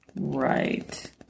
Right